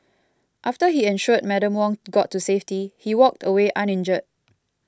after he ensured Madam Wong got to safety he walked away uninjured